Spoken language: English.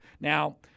Now